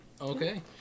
Okay